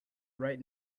right